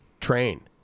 train